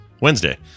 Wednesday